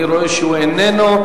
אני רואה שהוא איננו.